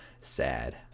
sad